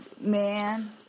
man